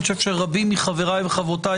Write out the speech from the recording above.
אני חושב שרבים מחבריי וחברותיי,